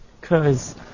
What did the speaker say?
Cause